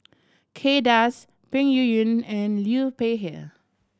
Kay Das Peng Yuyun and Liu Peihe